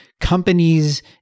companies